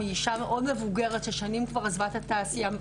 מאישה מאוד מבוגרת ששנים כבר עזבה את התעשייה,